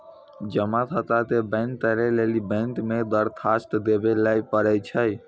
जमा खाता के बंद करै लेली बैंक मे दरखास्त देवै लय परै छै